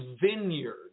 vineyard